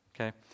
okay